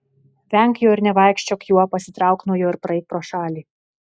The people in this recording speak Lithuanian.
venk jo ir nevaikščiok juo pasitrauk nuo jo ir praeik pro šalį